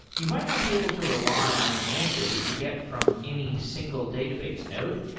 you might not be able to rely on the answer that you get from any single database node,